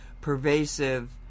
pervasive